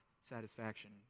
satisfaction